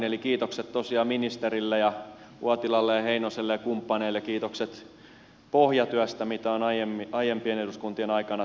eli kiitokset tosiaan ministerille ja uotilalle ja heinoselle ja kumppaneille kiitokset pohjatyöstä mitä on aiempien eduskuntien aikana tehty